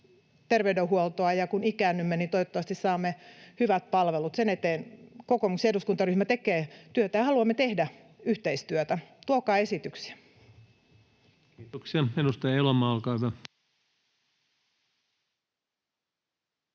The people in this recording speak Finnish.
terveydenhuoltoa, ja kun ikäännymme, niin toivottavasti saamme hyvät palvelut. Sen eteen kokoomuksen eduskuntaryhmä tekee työtä ja haluamme tehdä yhteistyötä. Tuokaa esityksiä. [Speech 33] Speaker: